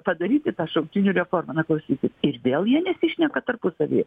padaryti tą šauktinių reformą na klausykit ir vėl jie nesišneka tarpusavy